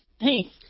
Hey